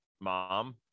mom